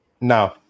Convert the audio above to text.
No